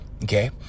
Okay